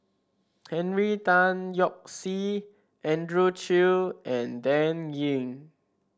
Henry Tan Yoke See Andrew Chew and Dan Ying